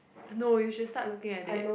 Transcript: no you should start looking at it